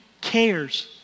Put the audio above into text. cares